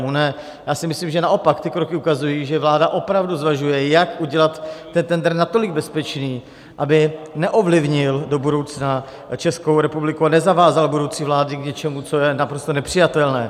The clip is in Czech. Ne, já si myslím, že naopak ty kroky ukazují, že vláda opravdu zvažuje, jak udělat tendr natolik bezpečný, aby neovlivnil do budoucna Českou republiku a nezavázal budoucí vlády k něčemu, co je naprosto nepřijatelné.